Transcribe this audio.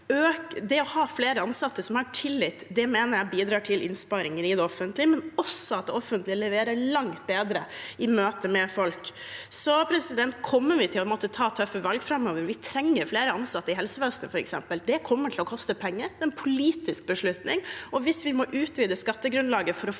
Det å ha flere ansatte som har tillit, mener jeg bidrar til innsparinger i det offentlige, men også til at det offentlige leverer langt bedre i møte med folk. Vi kommer til å måtte ta tøffe valg framover. Vi trenger f.eks. flere ansatte i helsevesenet. Det kommer til å koste penger. Det er en politisk beslutning, og hvis vi må utvide skattegrunnlaget for å få